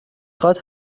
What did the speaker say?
خواد